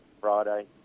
Friday